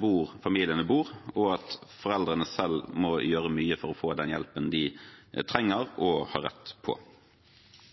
hvor familiene bor, og at foreldrene selv må gjøre mye for å få den hjelpen de trenger